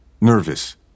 nervous